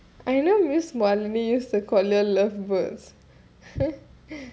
I remember miss mani used to call you all love birds